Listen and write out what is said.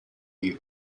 you